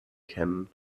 kennen